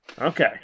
Okay